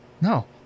No